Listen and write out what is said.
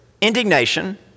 indignation